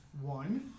one